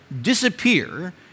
disappear